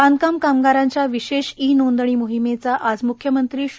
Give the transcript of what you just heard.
बांषकाम कामगारांच्या विशेष ई नोंदणी मोहिमेचा आज मुख्यमंत्री श्री